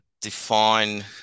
define